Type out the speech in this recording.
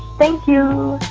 thank you